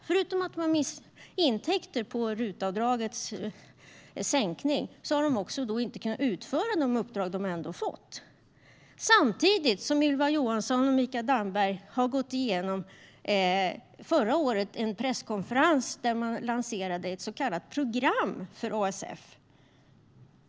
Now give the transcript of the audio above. Förutom att de mist intäkter genom sänkningen av RUT-avdraget har de inte kunnat utföra de uppdrag som de ändå fått. Ylva Johansson och Mikael Damberg lanserade på en presskonferens förra året ett så kallat program för ASF.